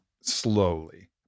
slowly